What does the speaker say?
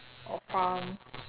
or from